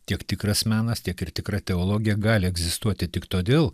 tiek tikras menas tiek ir tikra teologija gali egzistuoti tik todėl